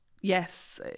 yes